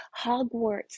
Hogwarts